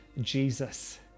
Jesus